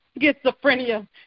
schizophrenia